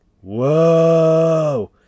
Whoa